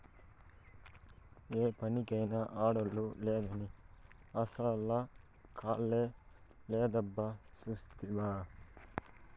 ఏ పనికైనా ఆడోల్లు లేనిదే అసల కళే లేదబ్బా సూస్తివా